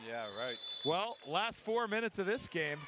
yeah right well last four minutes of this game